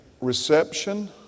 reception